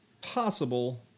possible